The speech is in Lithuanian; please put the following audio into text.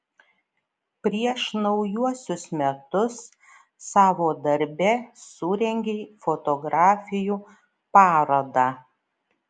prieš naujuosius metus savo darbe surengei fotografijų parodą